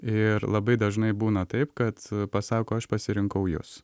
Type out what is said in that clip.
ir labai dažnai būna taip kad pasako aš pasirinkau jus